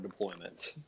deployments